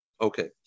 Okay